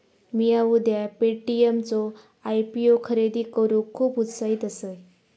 मिया उद्या पे.टी.एम चो आय.पी.ओ खरेदी करूक खुप उत्साहित असय